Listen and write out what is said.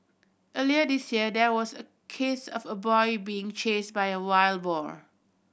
earlier this year there was a case of a boy being chased by a wild boar